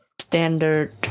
standard